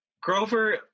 Grover